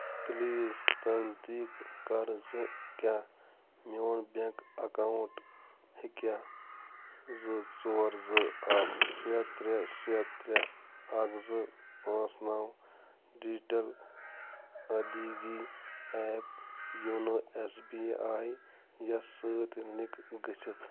please تصدیٖق کَر زِ کیٛاہ میون بینک اکاونٹ ہٮ۪کیا زٕ ژور زٕ اکھ شےٚ ترٛےٚ شےٚ ترٛےٚ اکھ زٕ پانٛژھ نو ڈیجیٹل ادٲیگی app YONO S B I یَس سۭتۍ لنک گٔژھِتھ